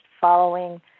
following